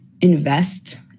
invest